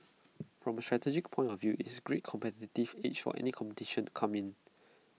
from A strategic point of view it's A great competitive edge for any competition come in